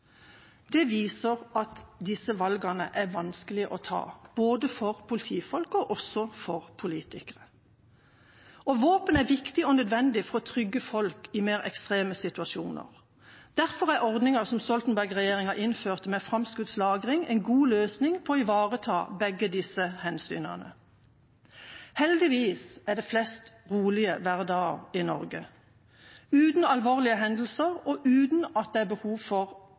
Det viser at disse valgene er vanskelige å ta, både for politifolk og for politikere. Våpen er viktig og nødvendig for å trygge folk i mer ekstreme situasjoner. Derfor er ordninga med framskutt lagring, som Stoltenberg-regjeringa innførte, en god løsning for å ivareta begge disse hensynene. Heldigvis er det flest rolige hverdager i Norge – uten alvorlige hendelser og uten at det er behov for